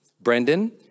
Brendan